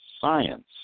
science